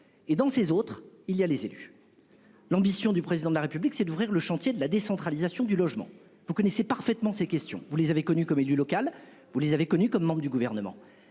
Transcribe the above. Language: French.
et dans ses autres il y a les élus. L'ambition du président de la République, c'est d'ouvrir le chantier de la décentralisation, du logement, vous connaissez parfaitement ces questions vous les avez connu comme élu local, vous les avez connu comme membre du gouvernement.